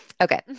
Okay